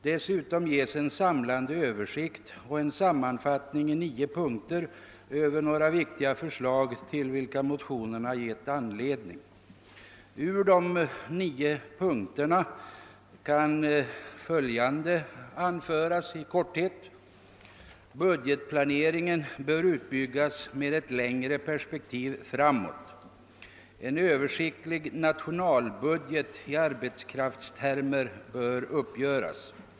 Dessutom ges en samlande översikt och en sammanfattning i nio punkter över några viktiga förslag, till vilka motionerna gett anledning. Ur de nio punkterna kan i korthet följande anföras. Budgetplaneringen bör utbyggas med ett längre perspektiv framåt. En översiktlig nationalbudget i arbetskraftstermer bör uppgöras.